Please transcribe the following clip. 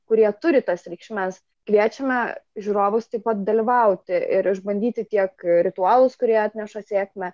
kurie turi tas reikšmes kviečiame žiūrovus taip pat dalyvauti ir išbandyti tiek ritualus kurie atneša sėkmę